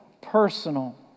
personal